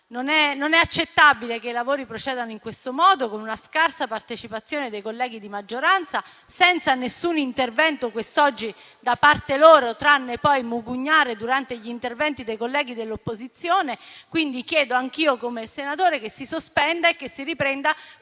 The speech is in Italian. Non è accettabile che i lavori procedano in questo modo, con una scarsa partecipazione dei colleghi di maggioranza, senza alcun intervento quest'oggi da parte loro, tranne poi mugugnare durante gli interventi dei colleghi dell'opposizione. Chiedo anch'io, come il senatore Giorgis, che si sospenda e si riprenda